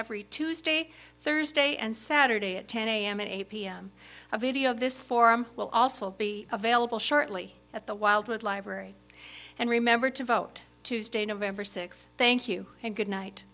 every tuesday thursday and saturday at ten am and eight pm a video of this forum will also be available shortly at the wildwood library and remember to vote tuesday november sixth thank you and good night